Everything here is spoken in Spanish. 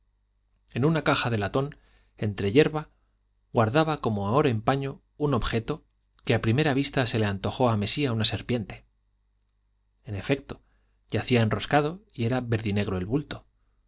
en una caja de latón entre yerba guardaba como oro en paño un objeto que a primera vista se le antojó a mesía una serpiente en efecto yacía enroscado y era verdinegro el bulto